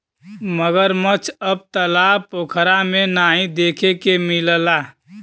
मगरमच्छ अब तालाब पोखरा में नाहीं देखे के मिलला